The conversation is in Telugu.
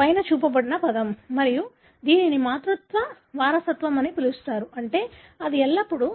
ఇది పైన చూపిన పదం మరియు దీనిని మాతృత్వ వారసత్వం అని పిలుస్తారు అంటే ఇది ఎల్లప్పుడూ